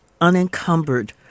unencumbered